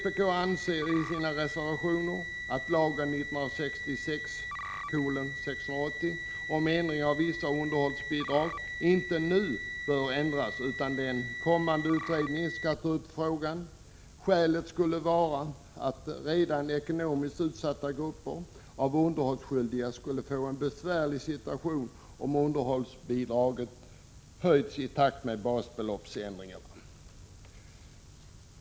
Vpk anser i sina reservationer att lagen 1966:680 om ändring av vissa underhållsbidrag inte bör ändras nu, utan att den kommande utredningen skall ta upp den frågan. Skälet skulle vara att redan ekonomiskt utsatta grupper av underhållsskyldiga skulle få en besvärlig situation, om underhållsbidraget skulle höjas i takt med basbeloppsändringen.